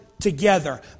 Together